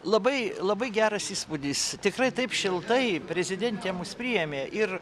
labai labai geras įspūdis tikrai taip šiltai prezidentė mus priėmė ir